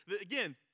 Again